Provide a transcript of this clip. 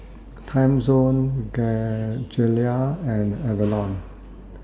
Timezone Gelare and Avalon